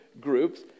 groups